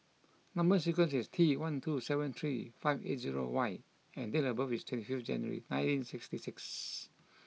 number sequence is T one two seven three five eight zero Y and date of birth is twenty fifth January nineteen sixty six